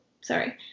sorry